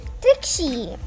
Trixie